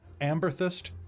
amberthist